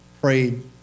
prayed